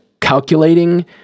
calculating